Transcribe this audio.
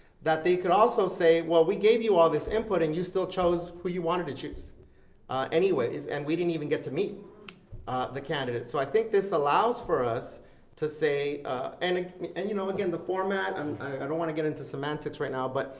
that they could also say, well we gave you all this input and you still chose who you wanted to choose anyways and we didn't even get to meet the candidate so i think this allows for us to say and and you know again, the format. um i don't want to get into semantics right now but